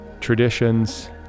traditions